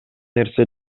нерсе